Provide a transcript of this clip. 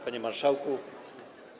Panie Marszałku!